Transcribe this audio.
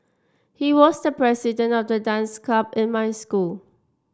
he was the president of the dance club in my school